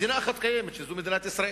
מדינה אחת קיימת, זו מדינת ישראל.